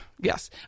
yes